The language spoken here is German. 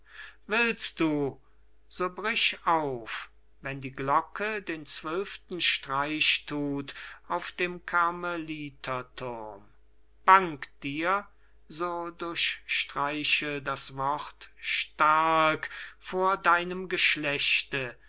willst du so brich auf wenn die glocke den zwölften streich thut auf dem carmeliterthurm bangt dir so durchstreiche das wort stark vor deinem geschlechte